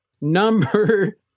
number